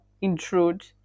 intrude